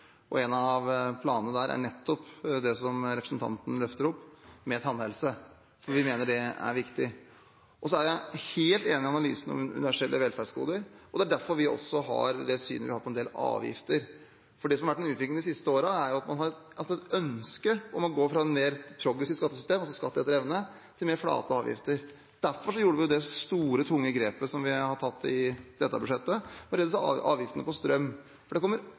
og en av planene der er nettopp det representanten løfter fram om tannhelse, for vi mener det er viktig. Jeg er helt enig i analysen om universelle velferdsgoder, og det er derfor vi har det synet vi har på en del avgifter. Det som har vært en utvikling de siste årene, er at man har hatt et ønske om å gå fra et mer progressivt skattesystem, altså skatt etter evne, til mer flate avgifter. Derfor gjorde vi det store, tunge grepet som vi har tatt i dette budsjettet, for å redusere avgiftene på strøm. Det kommer alle til gode, uavhengig av hvilken inntekt man har. Det